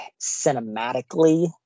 cinematically